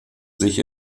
sich